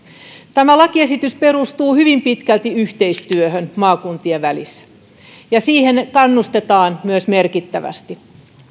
tämä lakiesitys perustuu hyvin pitkälti yhteistyöhön maakuntien välillä ja siihen myös kannustetaan merkittävästi